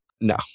No